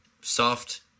soft